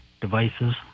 devices